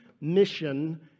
mission